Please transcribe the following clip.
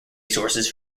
sources